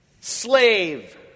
Slave